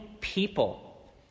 people